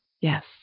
Yes